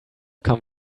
come